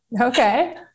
Okay